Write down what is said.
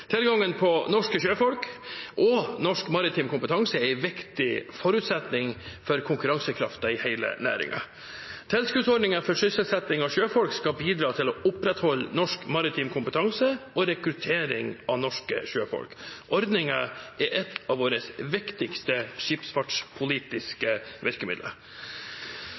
Tilgangen på norske sjøfolk og norsk maritim kompetanse er en viktig forutsetning for konkurransekraften i hele næringen. Tilskuddsordningen for sysselsetting av sjøfolk skal bidra til å opprettholde norsk maritim kompetanse og rekruttering av norske sjøfolk. Ordningen er et av våre viktigste skipsfartspolitiske